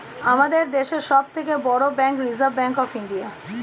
আমাদের দেশের সব থেকে বড় bank reserve bank of India